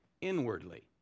inwardly